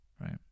right